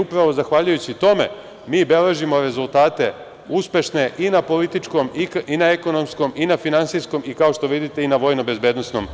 I upravo zahvaljujući tome mi beležimo rezultate uspešne i na političkom i na ekonomskom i na finansijskom, i kao što vidite, i na vojno-bezbednosnom planu.